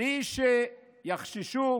מבלי שקודם יחשוש,